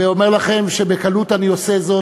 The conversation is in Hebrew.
ואומר לכם שבקלות אני עושה זאת.